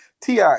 Ti